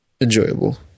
enjoyable